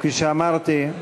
כפי שאמרתי,